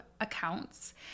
accounts